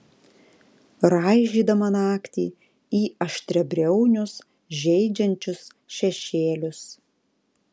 raižydama naktį į aštriabriaunius žeidžiančius šešėlius